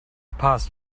past